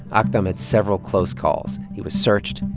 um aktham had several close calls. he was searched,